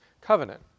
covenant